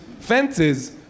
fences